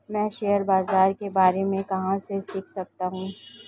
मैं शेयर बाज़ार के बारे में कहाँ से सीख सकता हूँ?